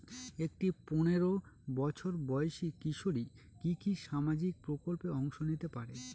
একটি পোনেরো বছর বয়সি কিশোরী কি কি সামাজিক প্রকল্পে অংশ নিতে পারে?